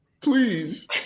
Please